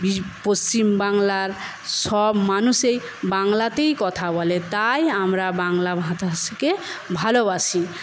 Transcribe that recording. পশ্চিমবাংলার সব মানুষেই বাংলাতেই কথা বলে তাই আমরা বাংলা ভাষাকে ভালোবাসি